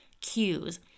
cues